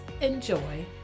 enjoy